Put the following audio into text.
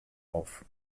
auf